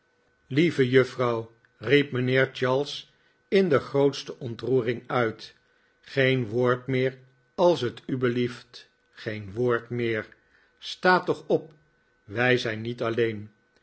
lieve juffrouw riep mijnheer charles in de grootste ontroering uit geen woord meer als t u belieft geen woord meer sta toch op wij zijn niet alleen